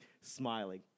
smiling